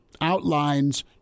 outlines